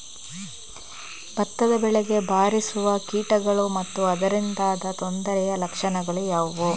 ಭತ್ತದ ಬೆಳೆಗೆ ಬಾರಿಸುವ ಕೀಟಗಳು ಮತ್ತು ಅದರಿಂದಾದ ತೊಂದರೆಯ ಲಕ್ಷಣಗಳು ಯಾವುವು?